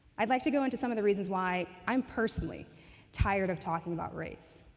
i'd like to go into some of the reasons why i'm personally tired of talking about race.